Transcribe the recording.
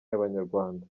y’abanyarwanda